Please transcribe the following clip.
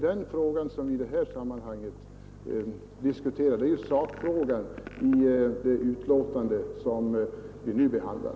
Detta är sakfrågan i det betänkande som vi nu behandlar.